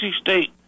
State